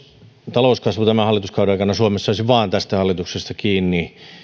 talouskasvu tämän hallituskauden aikana suomessa olisi vain tästä hallituksesta kiinni